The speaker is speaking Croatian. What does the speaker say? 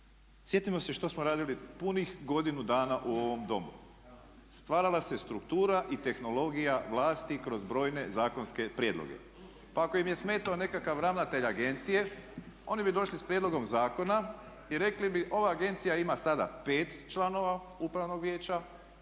sjetimo se što smo radili punih godinu dana u ovom Domu. Stvarala se struktura i tehnologija vlasti kroz brojne zakonske prijedloge. Pa ako im je smetao nekakav ravnatelj agencije oni bi došli s prijedlogom zakona i rekli bi ova agencija ima sada pet članova upravnog vijeća,